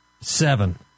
Seven